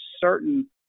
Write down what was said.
certain